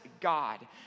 God